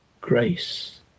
grace